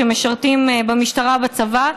שמשרתים במשטרה ובצבא,